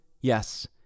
yes